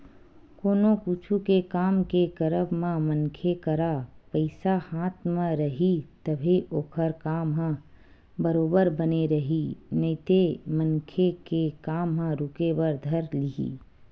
कोनो कुछु के काम के करब म मनखे करा पइसा हाथ म रइही तभे ओखर काम ह बरोबर बने रइही नइते मनखे के काम ह रुके बर धर लिही